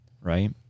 Right